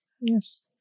Yes